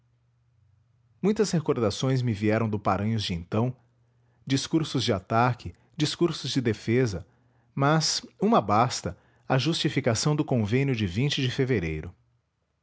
muitas recordações me vieram do paranhos de então discursos de ataque discursos de defesa mas uma basta a justificação do convênio de de fevereiro